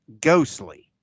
ghostly